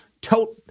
tote